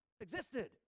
existed